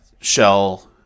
Shell